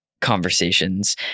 conversations